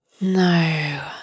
No